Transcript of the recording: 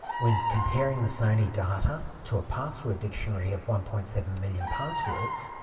when comparing the sony data to a password dictionary of one point seven million passwords,